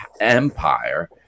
empire